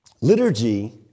Liturgy